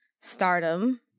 stardom